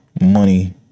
money